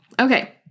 Okay